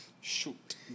Shoot